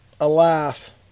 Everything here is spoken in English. alas